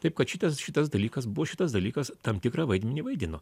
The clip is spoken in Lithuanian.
taip kad šitas šitas dalykas buvo šitas dalykas tam tikrą vaidmenį vaidino